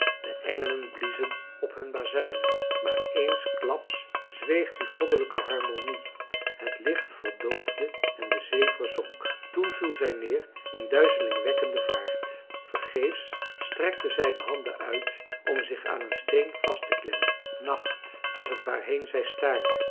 de engelen bliezen op hun bazuinen maar eensklaps zweeg die goddelijke harmonie het licht verdoofde en de zee verzonk toen viel zij neer in duizelingwekkende vaart vergeefs strekte zij de handen uit om zich aan een steen vast te klemmen nacht was t waarheen zij staarde